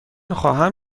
خواهم